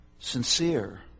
Sincere